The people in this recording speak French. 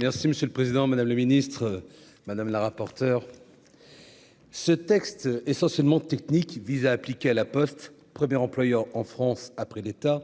Monsieur le président, madame la ministre, mes chers collègues, ce texte, essentiellement technique, vise à appliquer à La Poste, premier employeur en France après l'État,